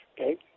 okay